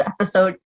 episode